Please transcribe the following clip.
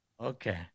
Okay